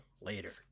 Later